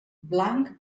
blanc